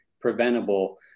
preventable